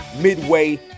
midway